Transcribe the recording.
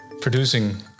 producing